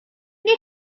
nie